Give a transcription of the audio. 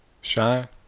Shine